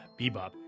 Bebop